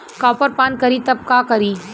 Copper पान करी तब का करी?